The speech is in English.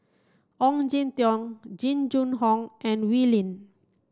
Ong Jin Teong Jing Jun Hong and Wee Lin